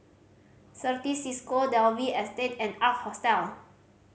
Certis Cisco Dalvey Estate and Ark Hostel